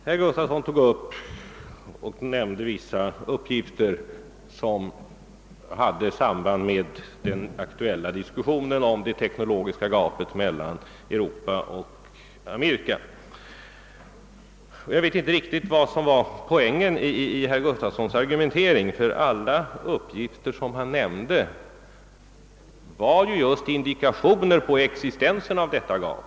Herr Gustafson i Göteborg nämnde vissa uppgifter som hade samband med den aktuella diskussionen om det teknologiska gapet mellan Europa och Amerika. Jag vet inte riktigt vad som var poängen i herr Gustafsons argumentering, ty allt vad herr Gustafson nämnde var just indikationer på existensen av detta gap.